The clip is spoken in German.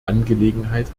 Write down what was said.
angelegenheit